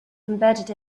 embedded